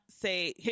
say